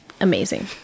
amazing